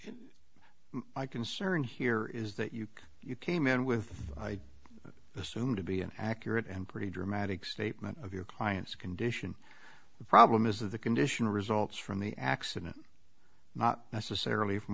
my concern here is that you came in with i assume to be an accurate and pretty dramatic statement of your client's condition the problem is that the condition results from the accident not necessarily from